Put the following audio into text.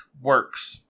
works